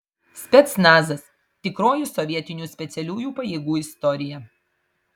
specnazas tikroji sovietinių specialiųjų pajėgų istorija